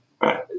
right